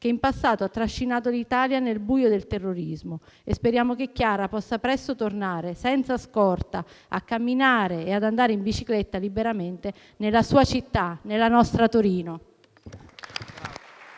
che in passato ha trascinato l'Italia nel buio del terrorismo e speriamo che Chiara possa presto tornare senza scorta a camminare e ad andare in bicicletta liberamente nella sua città, nella nostra Torino.